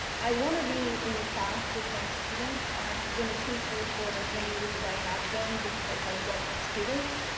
i wanna be in class with my students. i have been a teacher for as many years as i have been because i love the students,